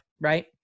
right